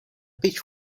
pitch